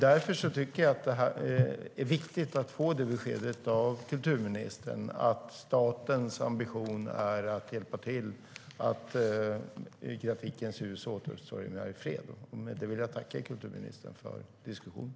Det är viktigt att få beskedet av kulturministern att statens ambition är att hjälpa till så att Grafikens Hus återuppstår i Mariefred. Jag tackar kulturministern för diskussionen.